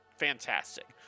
Fantastic